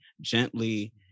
gently